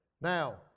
now